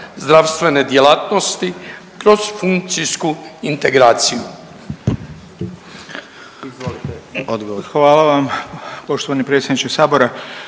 zdravstvene djelatnosti kroz funkcijsku integraciju?